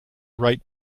right